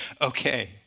okay